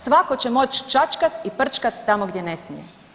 Svatko će moći čačkati i prčkati tamo gdje ne smije?